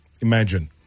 imagine